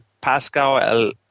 Pascal